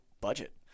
budget